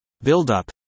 buildup